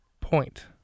point